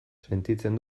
sentitzen